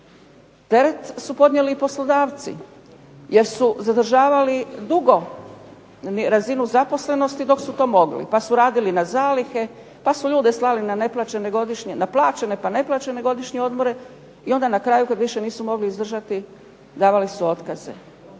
Teret su podnijeli i poslodavci, jer su zadržavali dugo razinu zaposlenosti dok su to mogli, pa su radili na zalihe, pa su ljude slali na neplaćene godišnje, na plaćene pa neplaćene godišnje odmore, i onda na kraju kad više nisu mogli izdržati davali su otkaze.